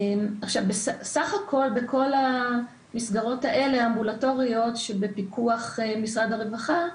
בסך הכל בכל המסגרות האמבולטוריות שנמצאות בפיקוח משרד הרווחה,